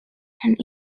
and